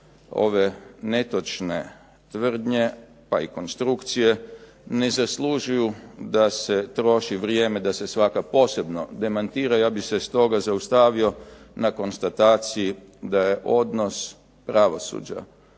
ove netočne tvrdnje pa i konstrukcije ne zaslužuju da se troši vrijeme da se svaka posebno demantira. Ja bih se stoga zaustavio na konstataciji da je odnos pravosuđa